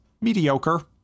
mediocre